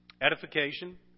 edification